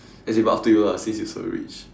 as in but up to you lah since you so rich